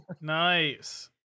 Nice